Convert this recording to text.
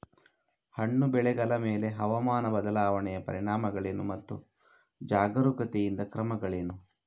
ಹಣ್ಣು ಬೆಳೆಗಳ ಮೇಲೆ ಹವಾಮಾನ ಬದಲಾವಣೆಯ ಪರಿಣಾಮಗಳೇನು ಮತ್ತು ಜಾಗರೂಕತೆಯಿಂದ ಕ್ರಮಗಳೇನು?